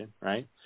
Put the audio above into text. right